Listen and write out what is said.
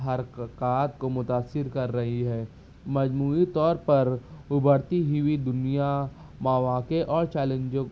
حرکات کو متاثر کر رہی ہے مجموعی طور پر ابھرتی ہوئی دنیا مواقع اور چیلنجوں